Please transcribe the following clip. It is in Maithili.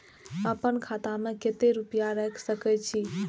आपन खाता में केते रूपया रख सके छी?